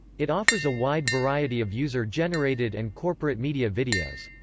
it offers a wide variety of user-generated and corporate media videos.